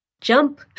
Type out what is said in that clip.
jump